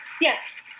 Yes